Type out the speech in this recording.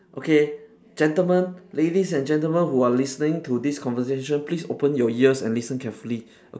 okay gentlemen ladies and gentlemen who are listening to this conversation please open your ears and listen carefully